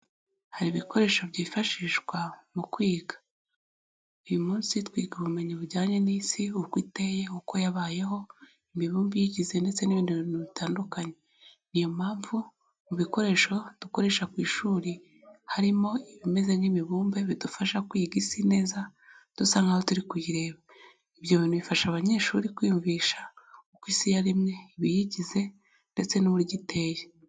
Hari ibikoresho byifashishwa mu kwiga. Uyu munsi twiga ubumenyi bujyanye n'isi, uko iteye, uko yabayeho, imibumbe iyigize ndetse n'ibindi bintu bitandukanye. Niyo mpamvu mu bikoresho dukoresha ku ishuri, harimo ibimeze nk'imibumbe bidufasha kwiga isi neza, dusa naho turi kuyireba. Ibyo bifasha abanyeshuri kwiyumvisha uko isi yaremwe, ibiyigize ndetse n'uburyo iteye.